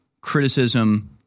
criticism